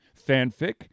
fanfic